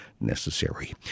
necessary